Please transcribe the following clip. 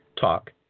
talk